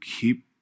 keep